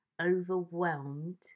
overwhelmed